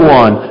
one